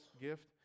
gift